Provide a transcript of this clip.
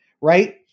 Right